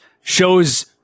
shows